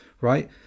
right